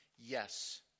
yes